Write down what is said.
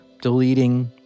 deleting